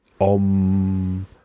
Om